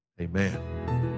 Amen